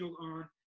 on